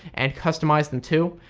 and customize them too.